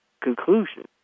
conclusion